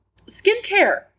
Skincare